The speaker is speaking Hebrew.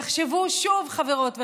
תחשבו שוב, חברות וחברים.